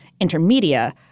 intermedia